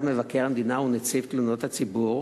למשרד מבקר המדינה ונציב תלונות הציבור